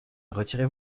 retirez